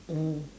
mm